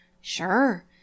Sure